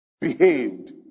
behaved